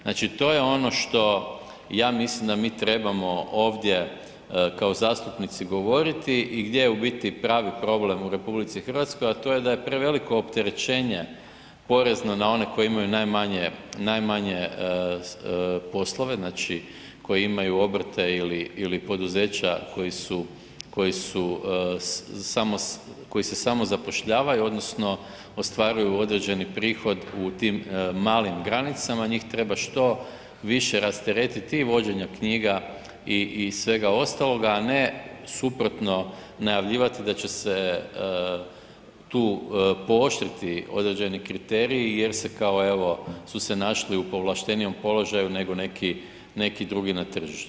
Znači, to je ono što ja mislim da mi trebamo ovdje kao zastupnici govoriti i gdje je u biti pravi problem u RH, a to je da je preveliko opterećenje porezno na one koji imaju najmanje, najmanje poslove, znači koji imaju obrte ili, ili poduzeća koji su, koji su samo, koji se samozapošljavaju odnosno ostvaruju određeni prihod u tim malim granicama, njih treba što više rasteretiti i vođenja knjiga i svega ostaloga, a ne suprotno najavljivati da će se tu pooštriti određeni kriteriji jer se kao evo su se našli u povlaštenijem položaju nego neki, neki drugi na tržištu.